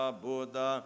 buddha